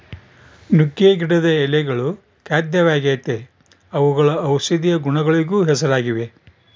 ನುಗ್ಗೆ ಗಿಡದ ಎಳೆಗಳು ಖಾದ್ಯವಾಗೆತೇ ಅವುಗಳು ಔಷದಿಯ ಗುಣಗಳಿಗೂ ಹೆಸರಾಗಿವೆ